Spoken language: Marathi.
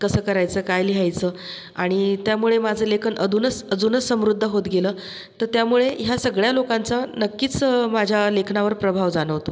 कसं करायचं काय लिहायचं आणि त्यामुळे माझं लेखन अदूनच अजूनच समृद्ध होत गेलं तर त्यामुळे ह्या सगळ्या लोकांचा नक्कीच माझ्या लेखनावर प्रभाव जाणवतो